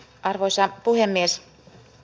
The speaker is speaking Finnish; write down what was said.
arvoisa puhemies